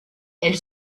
elle